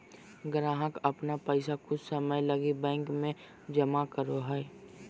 ग्राहक अपन पैसा कुछ समय लगी बैंक में जमा करो हइ